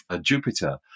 Jupiter